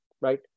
right